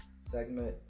segment